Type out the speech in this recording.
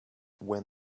when